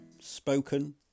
spoken